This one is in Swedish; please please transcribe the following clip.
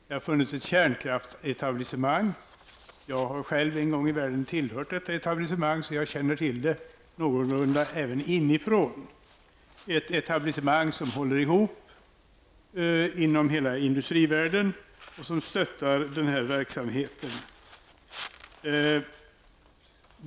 Det har funnits ett kärnkraftsetablissemang. Jag har själv en gång i världen tillhört etablissemanget, så jag känner till det någorlunda, även inifrån. Det gäller ett etablissemang som håller ihop inom hela industrivärlden och som stöttar verksamheten.